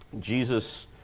Jesus